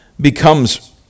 becomes